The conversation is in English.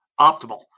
optimal